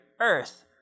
earth